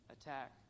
attack